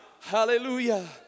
Hallelujah